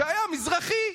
שהיה מזרחי.